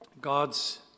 God's